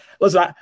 listen